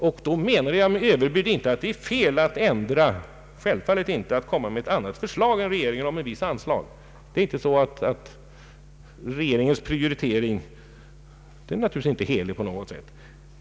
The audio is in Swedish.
Med överbud menar jag självfallet inte att det är fel att framlägga ett annat förslag än regeringen om ett visst anslag. Regeringens prioritering är naturligtvis inte helig på något sätt!